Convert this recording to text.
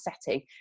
setting